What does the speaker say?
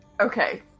Okay